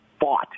fought